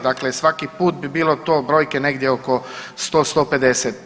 Dakle, svaki put bi bilo to brojke negdje oko 100, 150.